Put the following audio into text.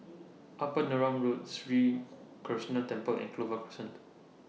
Upper Neram Road Sri Krishnan Temple and Clover Crescent